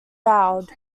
fouled